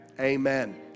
Amen